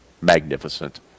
magnificent